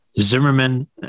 Zimmerman